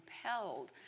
compelled